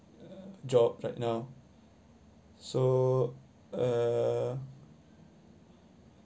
job right now so uh